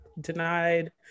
denied